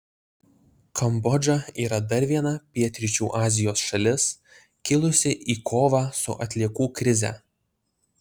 kambodža yra dar viena pietryčių azijos šalis kilusi į kovą su atliekų krize